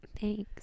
Thanks